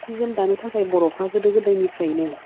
सि जोम दानो थाखाय बर'फ्रा गोदो गोदायनिफ्रायनो